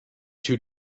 two